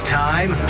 time